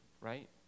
right